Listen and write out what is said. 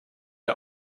der